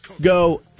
go